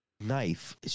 Knife